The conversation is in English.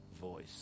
voice